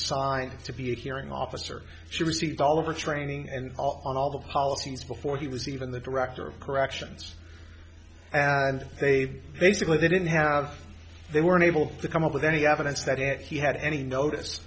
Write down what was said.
assigned to be a hearing officer she received all over training and on all the policies before he was even the director of corrections and they've basically they didn't have they were unable to come up with any evidence that it he had any notice